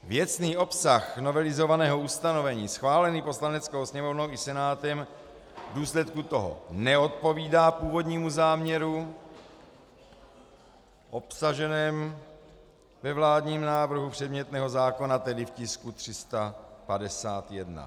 Věcný obsah novelizovaného ustanovení schválený Poslaneckou sněmovnou i Senátem v důsledku toho neodpovídá původnímu záměru obsaženém ve vládním návrhu předmětného zákona, tedy v tisku 351.